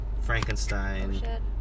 Frankenstein